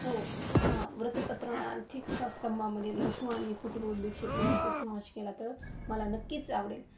हो हां वृत्तपत्र आर्थिक स्तंभामध्ये लघु आणि कुटु उद्योगक्षेत्र यांचा समावेश केला तर मला नक्कीच आवडेल